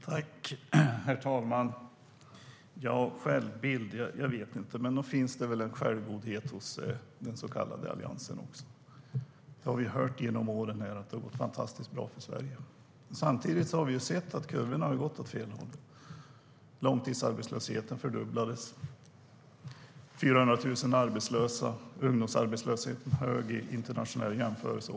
Herr talman! Angående självbilden vet jag inte. Men nog finns det väl en självgodhet hos den så kallade Alliansen också. Vi har hört genom åren att det har gått fantastiskt bra för Sverige. Samtidigt har vi sett att kurvorna gått åt fel håll. Långtidsarbetslösheten har fördubblats. Det är 400 000 arbetslösa. Ungdomsarbetslösheten är hög också i en internationell jämförelse.